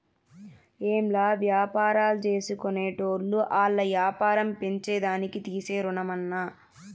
ఏంలా, వ్యాపారాల్జేసుకునేటోళ్లు ఆల్ల యాపారం పెంచేదానికి తీసే రుణమన్నా